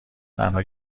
تنها